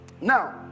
Now